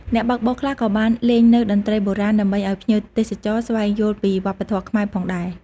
អ្នកបើកបរខ្លះក៏បានលេងនូវតន្ត្រីបុរាណដើម្បីឱ្យភ្ញៀវទេសចរស្វែងយល់ពីវប្បធម៌ខ្មែរផងដែរ។